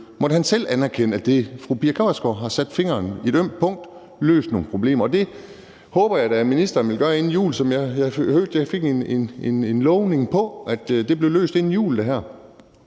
måtte selv han anerkende, at fru Pia Kjærsgaard har sat fingeren på et ømt punkt, løst nogle problemer. Og det håber jeg da at ministeren vil gøre inden jul, som jeg fik en lovning på, altså at det her bliver løst inden jul;